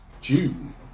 June